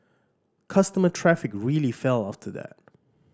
customer traffic really fell after that